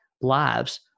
lives